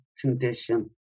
condition